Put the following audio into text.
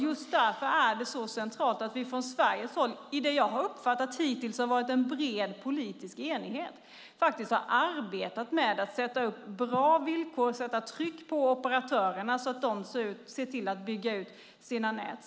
Just därför är det så centralt att vi från Sveriges håll - jag har uppfattat att det hittills har varit en bred politisk enighet om det - faktiskt har arbetat med att sätta upp bra villkor och att sätta tryck på operatörerna, så att de ser till att bygga ut sina nät.